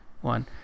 one